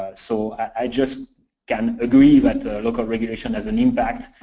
so i just can agree that local regulation has an impact,